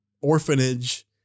orphanage